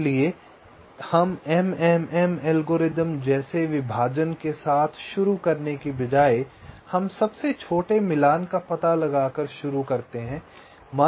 इसलिए हम MMM algorithm जैसे विभाजन के साथ शुरू करने के बजाय हम सबसे छोटे मिलान का पता लगाकर शुरू करते हैं